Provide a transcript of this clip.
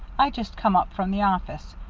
i just come up from the office.